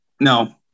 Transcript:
No